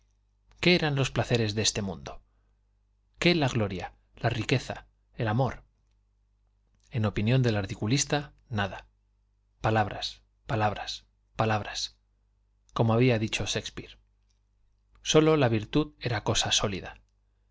qué eran los placeres de este mundo qué la gloria la riqueza el amor en opinión del articulista nada palabras palabras palabras como había dicho shakespeare sólo la virtud era cosa sólida